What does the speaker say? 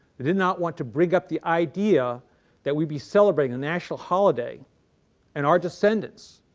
it did not want to bring up the idea that we'd be celebrating a national holiday and our descendants,